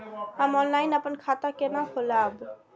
हम ऑनलाइन अपन खाता केना खोलाब?